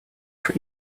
for